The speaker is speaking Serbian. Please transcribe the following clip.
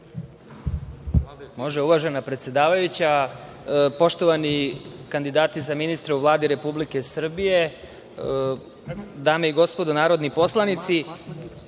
Uvažena predsedavajuća, poštovani kandidati za ministre u Vladi Republike Srbije, dame i gospodo narodni poslanici,